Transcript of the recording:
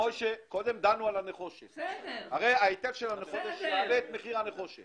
שיקול חשוב שעמד בפני הוועדה הוא עליית מחירי המלט בשוק.